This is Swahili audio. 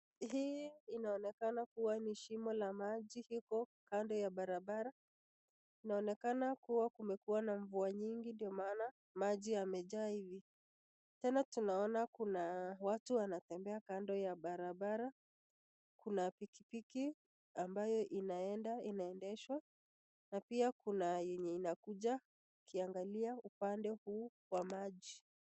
Hii inaonekana kuwa ni shimo la maji iko kando ya barabara, inaonekana kuwa kumekuwa na mvua nyingi ndio maana maji yamejaa hivi, tena tunaona kuna watu wanatembea kando ya barabara, kuna pikipiki ambayo inaendeshwa na pia kuna yenye inakuja ukiangalia upande huu wa maji.